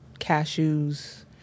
cashews